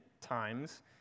times